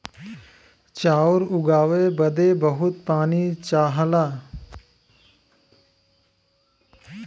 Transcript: चाउर उगाए बदे बहुत पानी चाहला